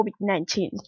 COVID-19